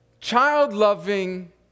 child-loving